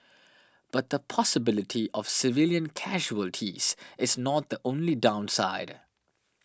but the possibility of civilian casualties is not the only downside